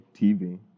tv